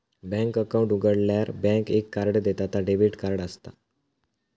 bank account उघाडल्यार bank एक card देता ता डेबिट कार्ड असता